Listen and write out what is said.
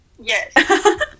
Yes